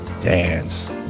dance